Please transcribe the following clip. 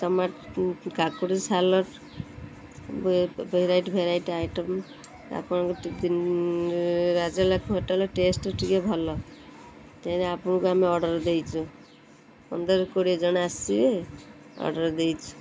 tomato କାକୁଡ଼ି salad variety variety item ଆପଣଙ୍କ Rajalakshmi hotel taste ଟିକେ ଭଲ ତେଣୁ ଆପଣଙ୍କୁ ଆମେ ଅର୍ଡ଼ର ଦେଇଛୁ ପନ୍ଦର କୋଡ଼ିଏ ଜଣ ଆସିବେ ଅର୍ଡ଼ର ଦେଇଛୁ